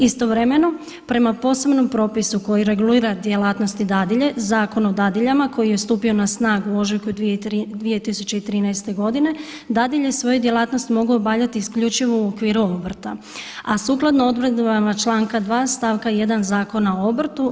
Istovremeno prema posebnom propisu koji regulira djelatnosti dadilje Zakon o dadiljama koji je stupio na snagu u ožujku 2013. godine dadilje svoju djelatnost mogu obavljati isključivo u okviru obrta, a sukladno odredbama članka 2. stavka 1. Zakona o obrtu.